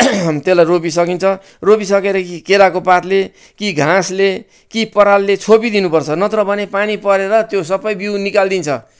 त्यसलाई रोपी सकिन्छ रोपी सकेर केराको पातले कि घाँसले कि परालले छोपिदिनु पर्छ नत्र भने पानी परेर त्यो सबै बिउ निकाली दिन्छ